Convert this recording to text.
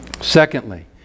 Secondly